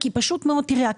כי פשוט מאוד תראה,